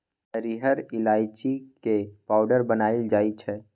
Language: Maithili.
हरिहर ईलाइची के पाउडर बनाएल जाइ छै